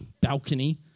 balcony